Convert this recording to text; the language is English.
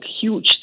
huge